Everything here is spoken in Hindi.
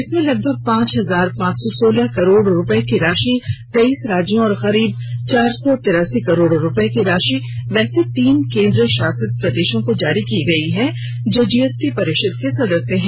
इसमें लगभग पांच हजार पांच सौ सोलह करोड़ रुपये की राशि तेईस राज्यों और करीब चार सौ तिरासी करोड़ रुपये की राशि वैसे तीन केंद्र शासित प्रदेशों को जारी की गई है जो जीएसटी परिषद के सदस्य हैं